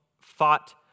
fought